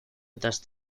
otras